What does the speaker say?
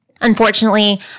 Unfortunately